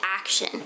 action